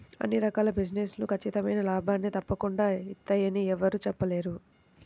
అన్ని రకాల బిజినెస్ లు ఖచ్చితమైన లాభాల్ని తప్పకుండా ఇత్తయ్యని యెవ్వరూ చెప్పలేరు